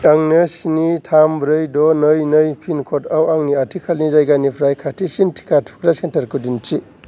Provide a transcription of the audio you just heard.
आंनो स्नि थाम ब्रै द' नै नै पिन क'ड आव आंनि आथिखालनि जायगानिफ्राय खाथिसिन टिका थुग्रा सेन्टारखौ दिन्थि